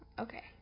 Okay